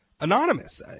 anonymous